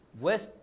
west